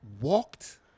walked